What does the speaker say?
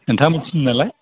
नोंथाङा मिथिसिनो नालाय